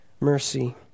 mercy